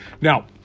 Now